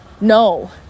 no